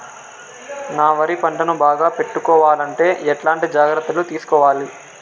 నా వరి పంటను బాగా పెట్టుకోవాలంటే ఎట్లాంటి జాగ్రత్త లు తీసుకోవాలి?